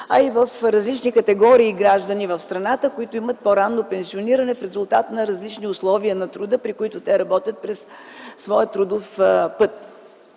а и различни категории граждани в страната, които имат по-ранно пенсиониране в резултат на различни условия на труда, при които те работят в своя трудов път.